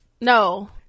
No